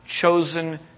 chosen